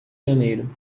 janeiro